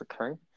okay